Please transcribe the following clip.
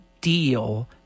deal